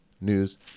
news